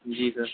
جی سر